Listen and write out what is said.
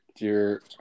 Dear